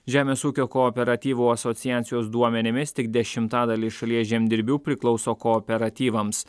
žemės ūkio kooperatyvų asociacijos duomenimis tik dešimtadalis šalies žemdirbių priklauso kooperatyvams